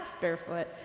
barefoot